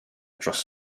dros